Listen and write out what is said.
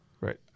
Right